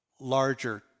larger